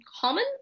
common